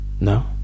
No